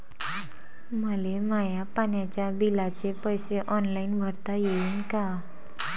मले माया पाण्याच्या बिलाचे पैसे ऑनलाईन भरता येईन का?